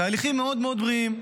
תהליכים מאוד מאוד בריאים.